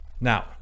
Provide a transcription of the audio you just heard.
Now